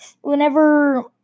whenever